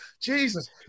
Jesus